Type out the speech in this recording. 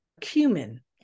cumin